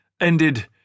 ended